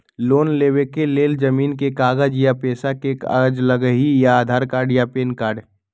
Loan लेवेके लेल जमीन के कागज या पेशा के कागज लगहई या आधार कार्ड या पेन कार्ड?